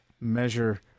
measure